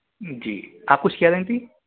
جی آپ کچھ کہہ رہی تھیں